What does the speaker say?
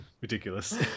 ridiculous